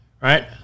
right